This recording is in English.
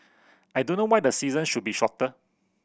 I don't know why the season should be shorter